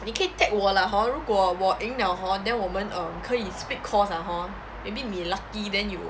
你可以 tag 我 lah hor 如果我赢 liao hor then 我们 um 可以 split cost ah hor maybe 你 lucky then you